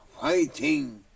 fighting